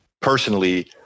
personally